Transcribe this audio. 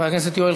חבר הכנסת יואל